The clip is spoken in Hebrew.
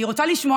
אני רוצה לשמוע.